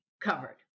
covered